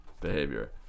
behavior